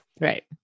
right